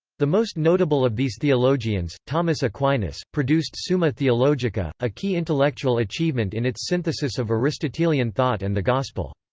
the most notable of these theologians, thomas aquinas, produced summa theologica, a key intellectual achievement in its synthesis of aristotelian thought and the gospel.